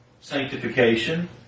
sanctification